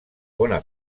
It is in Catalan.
bona